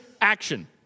action